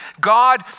God